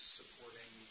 supporting